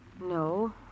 No